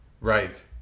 Right